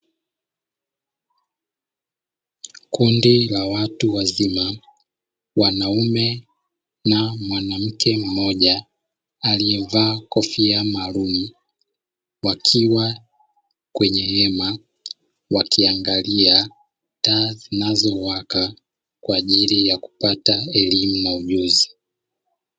Kundi la watu wazima mwanaume na mwanamke mmoja aliyevaa kofia maalumu wakiwa kwenye hema wakiangalia taa zinazowaka kwa ajili ya kupata elimu na ujuzi.